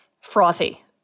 frothy